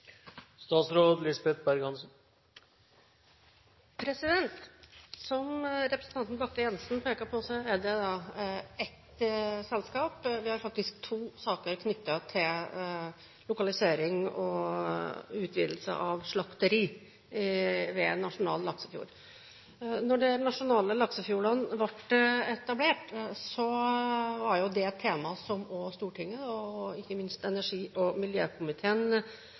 Som representanten Bakke-Jensen peker på, er dette ett selskap, og det er faktisk to saker, knyttet til lokalisering og utvidelse av et slakteri ved en nasjonal laksefjord. Da de nasjonale laksefjordene ble etablert, var dette et tema som også Stortinget, og ikke minst energi- og miljøkomiteen,